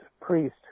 priest